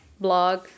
blog